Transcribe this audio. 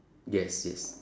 yes yes